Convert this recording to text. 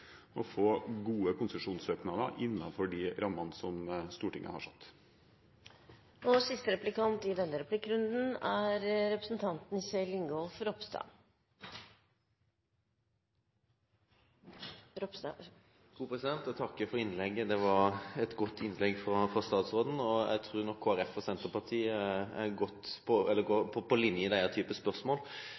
å få gode konsesjonssøknader innenfor de rammene som Stortinget har satt. Jeg takker for innlegget fra statsråden, det var et godt innlegg. Jeg tror nok Kristelig Folkeparti og Senterpartiet er på linje i denne typen spørsmål. Det jeg egentlig ønsker å utfordre statsråden på, er